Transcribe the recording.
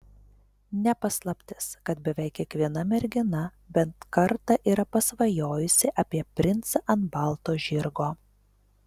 ne paslaptis kad beveik kiekviena mergina bent kartą yra pasvajojusi apie princą ant balto žirgo